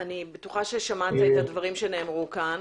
אני בטוחה ששמעת את הדברים שנאמרו כאן.